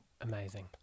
amazing